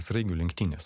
sraigių lenktynės